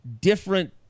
different